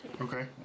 Okay